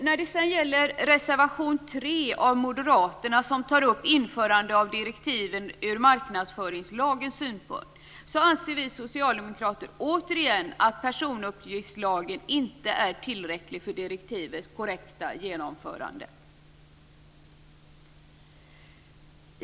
När det gäller reservation nr 3 av moderaterna, som gäller införandet av direktiven ur marknadsföringslagens synpunkt, anser vi socialdemokrater återigen att personuppgiftslagen inte är tillräcklig för att genomföra direktivet korrekt.